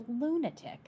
lunatic